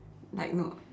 like no